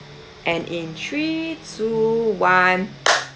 and in three two one